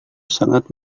sangat